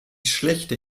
schlechte